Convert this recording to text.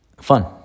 fun